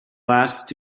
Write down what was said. last